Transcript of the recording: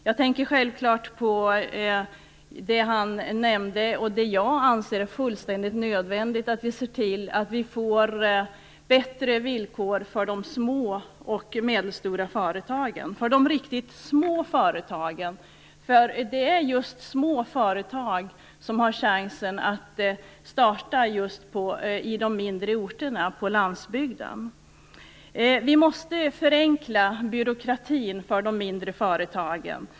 Jag tänker självfallet på det som han nämnde, som jag anser vara fullständigt nödvändigt, nämligen att vi ser till att vi får bättre villkor för de små och medelstora företagen och för de riktigt små företagen. Det är just små företag som har chansen att starta i de mindre orterna på landsbygden. Vi måste förenkla byråkratin för de mindre företagen.